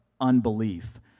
unbelief